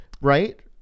right